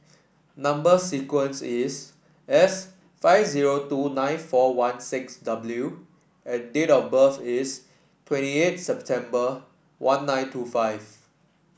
number sequence is S five zero two nine four one six